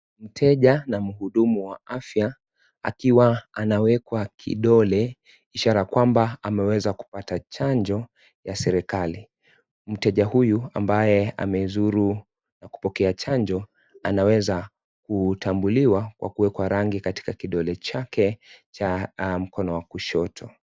Mteja na mhudumu wa afya akiwa anawekwa kidole, ishara kwamba ameweza kupata chanjo ya serikali. Mteja huyu ambaye amezuru na kupokea chanjo anaweza kutambuliwa kwa kuwekwa rangi katika kidole chake cha mkono wa kushoto.